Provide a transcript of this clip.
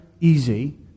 easy